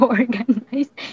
organized